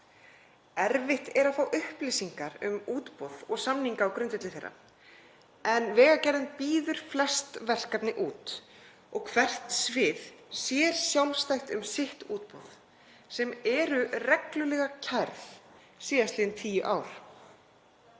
Erfitt er að fá upplýsingar um útboð og samninga á grundvelli þeirra. Vegagerðin býður flest verkefni út og hvert svið sér sjálfstætt um sín útboð sem hafa reglulega verið kærð síðastliðin tíu ár.